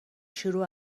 شروع